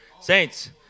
Saints